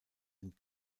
sind